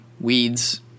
weeds